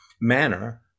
manner